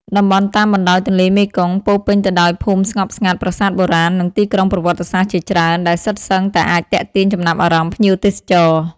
តំបន់តាមបណ្តោយទន្លេមេគង្គពោរពេញទៅដោយភូមិស្ងប់ស្ងាត់ ប្រាសាទបុរាណ និងទីក្រុងប្រវត្តិសាស្ត្រជាច្រើន ដែលសុទ្ធសឹងតែអាចទាក់ទាញចំណាប់អារម្មណ៍ភ្ញៀវទេសចរ។